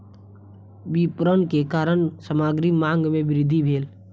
विपरण के कारण सामग्री मांग में वृद्धि भेल